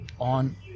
on